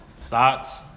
Stocks